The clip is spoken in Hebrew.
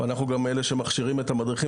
ואנחנו גם אלה שמכשירים את המדריכים